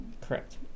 Correct